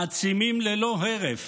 מעצימים ללא הרף